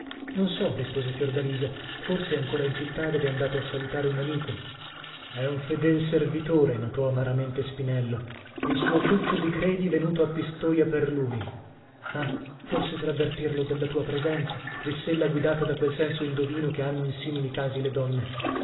non so rispose fiordalisa forse ancora in città dov'è andato a salutare un amico è un fedel servitore notò amaramente spinello il suo tuccio di credi venuto a pistoia per lui ah forse per avvertirlo della tua presenza diss'ella guidata da quel senso indovino che hanno in simili casi le donne